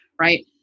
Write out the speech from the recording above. right